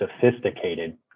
sophisticated